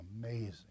amazing